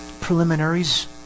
preliminaries